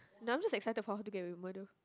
no I'm just excited for How-To-Get-Away-With-Murder